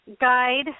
guide